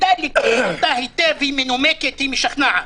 כדאי לקרוא אותה היטב, היא מנומקת והיא משכנעת.